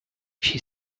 she